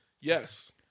Yes